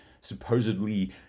supposedly